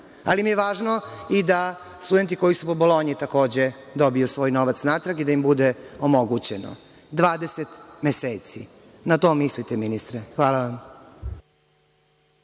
Ali, mi je važno da studenti koji su po Bolonji takođe dobiju svoj novac natrag i da im bude omogućeno. Dvadeset meseci, na to mislite ministre. Hvala vam.